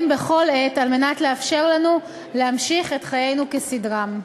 בכל עת על מנת לאפשר לנו להמשיך את חיינו כסדרם.